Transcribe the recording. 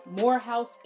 Morehouse